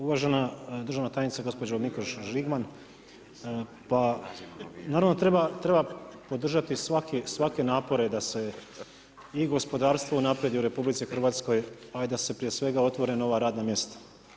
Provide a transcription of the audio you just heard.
Uvažena državna tajnice, gospođa Mikuš Žigman, pa naravno da treba, podržati svake napore da se i gospodarstvo unaprijedi u RH, a i da se prije svega otvore nova radna mjesta.